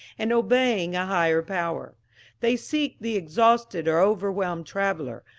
and obeying a higher power they seek the exhausted or overwhelmed traveller,